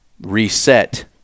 reset